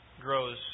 grows